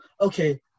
okay